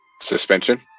suspension